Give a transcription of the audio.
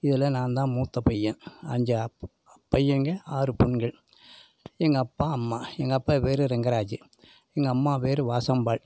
இதில் நான் தான் மூத்த பையன் அஞ்சு பையன்ங்க ஆறு பெண்கள் எங்கள் அப்பா அம்மா எங்கள் அப்பா பேர் ரெங்கராஜூ எங்கள் அம்மா பேர் வாசம்பாள்